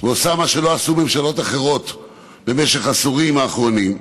ועושה מה שלא עשו ממשלות אחרות במשך עשורים האחרונים,